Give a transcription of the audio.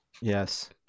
Yes